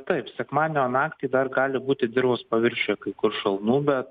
taip sekmadienio naktį dar gali būti dirvos paviršiuje kai kur šalnų bet